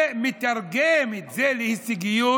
ומתרגם את זה להישגיות,